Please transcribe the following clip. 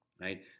right